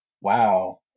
Wow